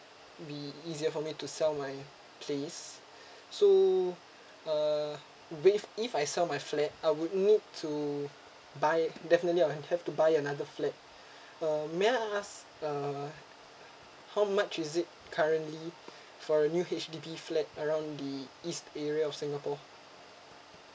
be easier for me to sell my place so uh with if I sell my flat I would need to buy definitely I would have to buy another flat uh may I ask uh how much is it currently for a new H_D_B flat around the east area of singapore